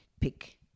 pick